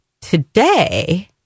Today